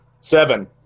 seven